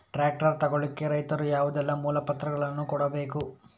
Tractor ತೆಗೊಳ್ಳಿಕೆ ರೈತನು ಯಾವುದೆಲ್ಲ ಮೂಲಪತ್ರಗಳನ್ನು ಕೊಡ್ಬೇಕು?